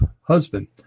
husband